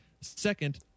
Second